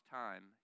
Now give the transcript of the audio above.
time